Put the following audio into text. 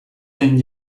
zen